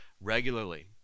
regularly